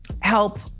Help